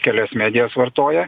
kelias medijas vartoja